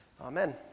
Amen